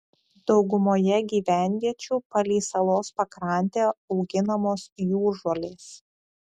daugumoje gyvenviečių palei salos pakrantę auginamos jūržolės